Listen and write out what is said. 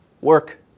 work